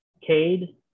Cade